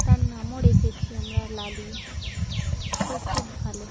তার নামও রেখেছি আমরা লালি সে খুব ভালো